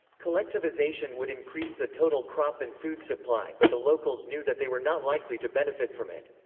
collectivization would increase the total crop and food supply but the locals knew that they were not likely to benefit from it.